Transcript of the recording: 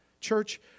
Church